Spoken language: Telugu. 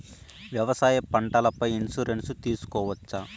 వ్యవసాయ పంటల పై ఇన్సూరెన్సు తీసుకోవచ్చా?